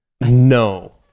No